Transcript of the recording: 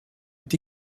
est